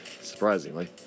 Surprisingly